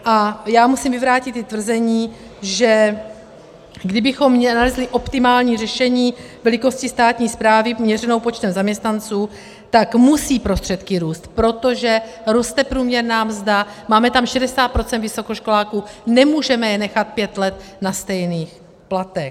A já musím vyvrátit i tvrzení, že kdybychom nalezli optimální řešení velikosti státní správy, měřeno počtem zaměstnanců, tak musí prostředky růst, protože roste průměrná mzda, máme tam 60 % vysokoškoláků, nemůžeme je nechat pět let na stejných platech.